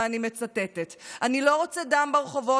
ואני מצטטת: אני לא רוצה דם ברחובות,